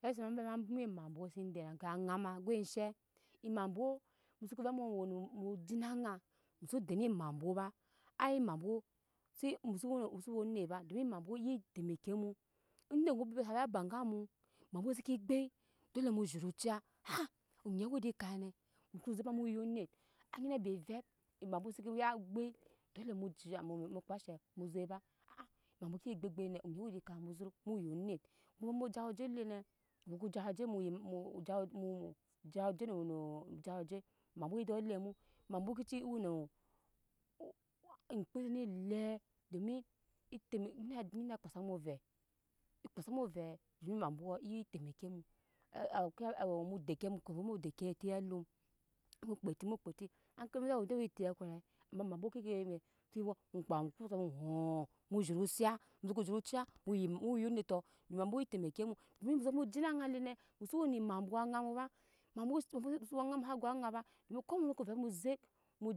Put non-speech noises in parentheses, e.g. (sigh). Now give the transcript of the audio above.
Zi sa shaŋ ma ve ma boma se den ke aŋa ma go eshe emabwo muso ve mu weno mu mugina aŋa muso den amabwo ba ai mabwo si muso we onet ba domi emabwo we ye tɛmeki mmu onet nyo bebet sa gyi ba ga mu emabwo seke gbei dole mu zhoro cii ha a oŋɛ we ede akai ne mu ko zek ba mu gu onet nyine be vep embabwo seke ya gbei dole mu giya mu mukpa she zek ba (hesitation) emabwo ke gbe gbei ne oŋɛ wede akai ne mu zhoro mu yu onet mu mu jero oje lene muko jera oje mu o mu mu mu jero no no jera oje ema bwo we gyɔ le mu emabwo (hesitation) oŋmkpede ne lem domi etɛ me onet kpa sa mu ove ekpa samu vɛ anyine wa tɛmeki mu (hesitation) ke mu deki kama mu deki eti alum mu kpɛti mu kpɛ ti aŋkeli mu je we ede awe etiɛ ve ma embwo ke we onkpa ke kpa samu oŋhos mu zhora sa mu so ko zhora ciya mu yu me muyu oneto emabwo we tɛmeke mu domi muze mu jina aŋa lenɛ muso wene emabwo aŋa mu ba emabwo ci vo vo aŋa usa go oŋa ba domi ko muso vɛ mu zek